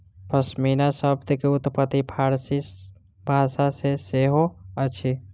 पश्मीना शब्द के उत्पत्ति फ़ारसी भाषा सॅ सेहो अछि